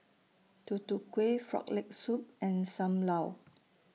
Tutu Kueh Frog Leg Soup and SAM Lau